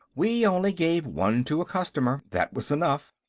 we only gave one to a customer that was enough.